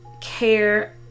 care